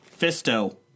Fisto